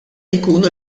jkunu